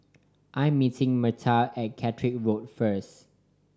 I'm meeting Myrtle at Caterick Road first